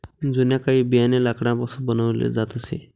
जुन्या काळी बियाणे लाकडापासून बनवले जात असे